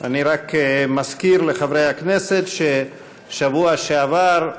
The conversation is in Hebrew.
אני רק מזכיר לחברי הכנסת שבשבוע שעבר,